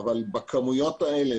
אבל בכמויות האלה,